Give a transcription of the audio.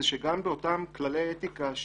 שגם לגבי אותם כללי אתיקה,